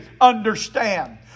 understand